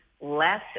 less